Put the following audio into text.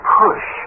push